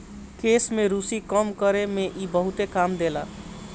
केश में रुसी कम करे में इ बहुते काम देला